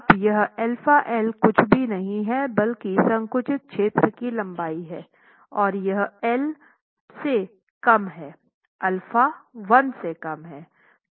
अब यह αL कुछ भी नहीं है बल्कि संकुचित क्षेत्र की लंबाई है और यह L से कम है α 1 से कम है